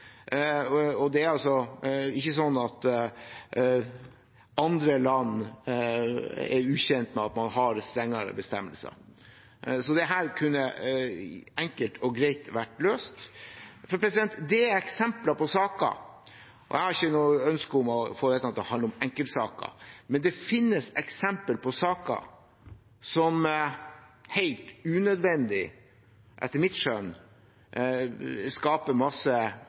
Og det er altså ikke sånn at andre land er ukjent med at man har strengere bestemmelser, så dette kunne enkelt og greit vært løst. Jeg har ikke noe ønske om å få dette til å handle om enkeltsaker, men det finnes eksempler på saker som – helt unødvendig, etter mitt skjønn – skaper masse